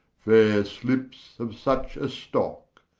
faire slippes of such a stock.